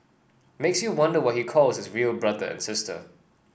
makes you wonder what he calls his real brother and sister